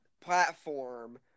platform